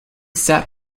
sat